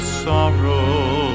sorrow